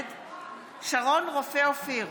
שרון רופא אופיר,